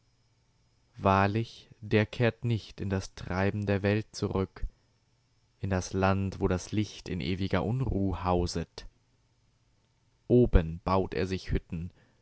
wahrlich der kehrt nicht in das treiben der welt zurück in das land wo das licht in ewiger unruh hauset oben baut er sich hütten